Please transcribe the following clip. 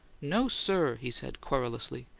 no, sir! he said, querulously.